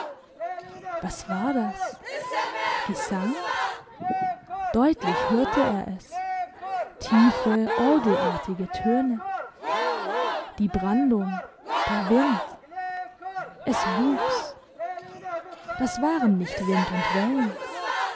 was war das gesang deutlich hörte er es tiefe orgelartige töne die brandung der wind es wuchs das waren nicht wind und wellen